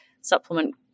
supplement